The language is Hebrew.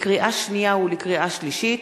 לקריאה שנייה ולקריאה שלישית: